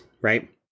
right